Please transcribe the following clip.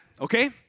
okay